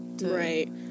Right